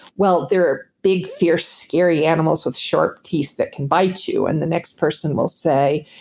well, they're big, fierce, scary animals with sharp teeth that can bite you. and the next person will say,